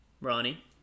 Ronnie